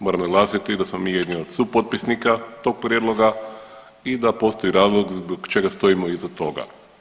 Moram naglasiti da smo mi jedni od supotpisnika tog prijedloga i da postoji razlog zbog čega stojimo iza toga.